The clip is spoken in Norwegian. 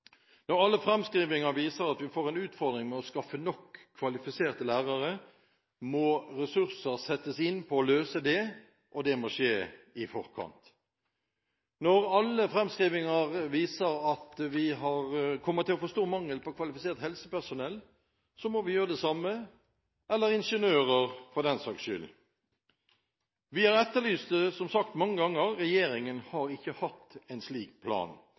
Når alle framskrivinger viser at vi får en utfordring med å skaffe nok kvalifiserte lærere, må ressurser settes inn for å løse det, og det må skje i forkant. Når alle framskrivinger viser at vi kommer til å få en stor mangel på kvalifisert helsepersonell – eller ingeniører, for den saks skyld – må vi gjøre det samme. Vi har, som sagt, etterlyst det mange ganger. Regjeringen har ikke hatt en slik plan.